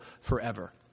forever